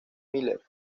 miller